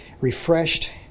refreshed